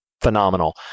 phenomenal